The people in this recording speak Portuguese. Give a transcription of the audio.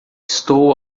estou